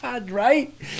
Right